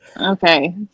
Okay